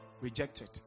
rejected